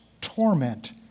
torment